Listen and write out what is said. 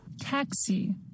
Taxi